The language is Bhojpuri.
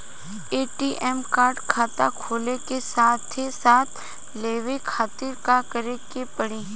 ए.टी.एम कार्ड खाता खुले के साथे साथ लेवे खातिर का करे के पड़ी?